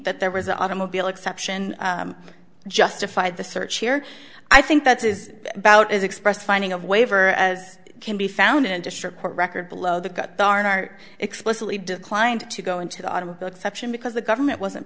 that there was an automobile exception justified the search here i think that's is about as expressed a finding of waiver as can be found in a district court record below the cut barnhart explicitly declined to go into the automobile exception because the government wasn't